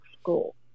school